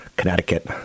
Connecticut